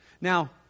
Now